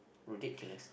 ridiculous